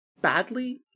badly